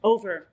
Over